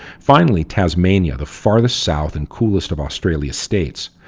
finally, tasmania, the farthest south and coolest of australia's states,